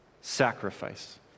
sacrifice